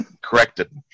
corrected